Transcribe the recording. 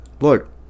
Look